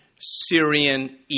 Syrian